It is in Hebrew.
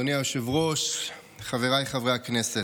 אדוני היושב-ראש, חבריי חברי הכנסת,